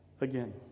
again